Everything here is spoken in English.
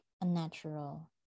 unnatural